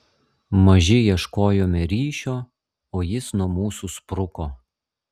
maži ieškojome ryšio o jis nuo mūsų spruko